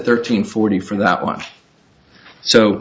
thirteen forty for that want so